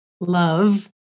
love